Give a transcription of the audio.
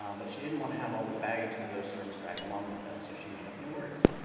um but she didn't want to have all the baggage that those terms drag along with them, so she made up new words.